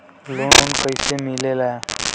Loan कईसे मिलेला?